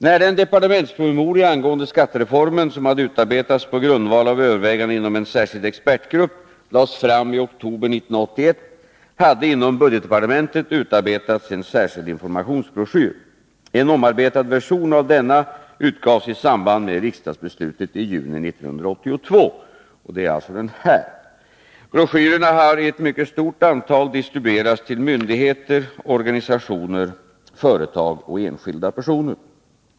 När den departementspromemoria angående skattereformen som hade utarbetats på grundval av överväganden inom en särskild expertgrupp lades fram i oktober 1981 hade inom budgetdepartementet utarbetats en särskild informationsbroschyr. En omarbetad version av denna utgavs i samband med riksdagsbeslutet i juni 1982. Broschyrerna har i ett mycket stort antal distribuerats till myndigheter, organisationer, företag och enskilda personer.